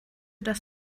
dass